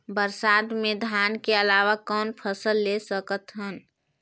बरसात मे धान के अलावा कौन फसल ले सकत हन?